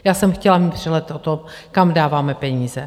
Já jsem chtěla mít přehled o tom, kam dáváme peníze.